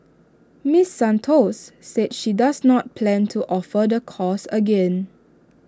miss Santos said she does not plan to offer the course again